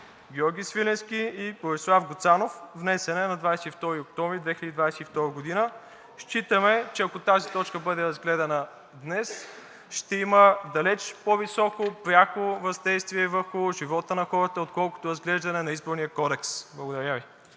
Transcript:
Георги Свиленски и Борислав Гуцанов, внесена е на 22 октомври 2022 г. Считаме, че ако тази точка бъде разгледана днес, ще има далеч по-високо пряко въздействие върху живота на хората, отколкото разглеждане на Изборния кодекс. Благодаря Ви.